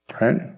Right